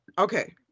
Okay